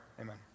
amen